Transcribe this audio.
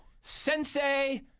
Sensei